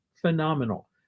phenomenal